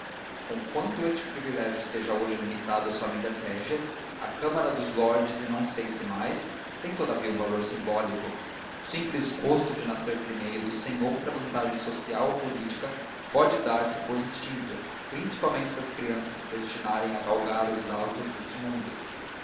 plácido conquanto este privilégio esteja hoje limitado às famílias régias à câmara dos lords e não sei se mais tem todavia um valor simbólico o simples gosto de nascer primeiro sem outra vantagem social ou política pode dar-se por instinto principalmente se as crianças se destinarem a galgar os altos deste mundo